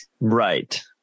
right